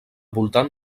voltant